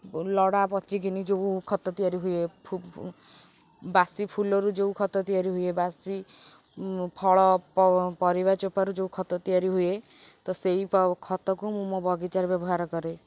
ନଡ଼ା ପଚିକିନା ଯେଉଁ ଖତ ତିଆରି ହୁଏ ବାସି ଫୁଲରୁ ଯେଉଁ ଖତ ତିଆରି ହୁଏ ବାସି ଫଳ ପରିବା ଚୋପାରୁ ଯେଉଁ ଖତ ତିଆରି ହୁଏ ତ ସେହି ଖତକୁ ମୁଁ ମୋ ବଗିଚାରେ ବ୍ୟବହାର କରେ